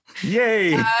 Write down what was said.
Yay